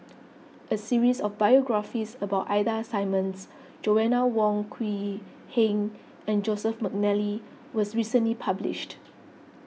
a series of biographies about Ida Simmons Joanna Wong Quee Heng and Joseph McNally was recently published